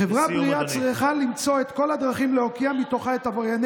חברה בריאה צריכה למצוא את כל הדרכים להקיא מתוכה את עברייני